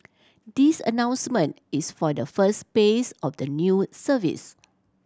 this announcement is for the first phase of the new service